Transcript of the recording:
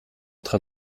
train